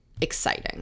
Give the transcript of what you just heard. exciting